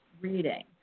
reading